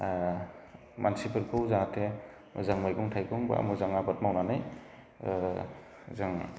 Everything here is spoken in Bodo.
मानसिफोरखौ जाहाथे मोजां मैगं थाइगं बा मोजां आबाद मावनानै ओ जों